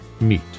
meet